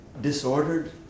disordered